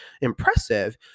impressive